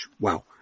Wow